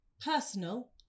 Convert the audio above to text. personal